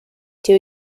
two